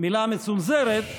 מילה מצונזרת,